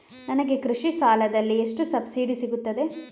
ನನಗೆ ಕೃಷಿ ಸಾಲದಲ್ಲಿ ಎಷ್ಟು ಸಬ್ಸಿಡಿ ಸೀಗುತ್ತದೆ?